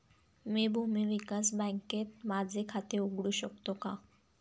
मी भूमी विकास बँकेत माझे खाते उघडू शकतो का?